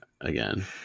again